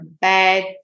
bed